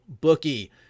bookie